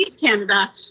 Canada